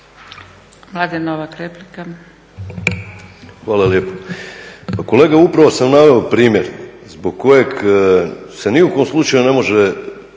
- Stranka rada)** Hvala lijepo. Kolega, upravo sam naveo primjer zbog kojeg se ni u kom slučaju ne može